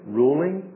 ruling